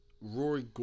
Rory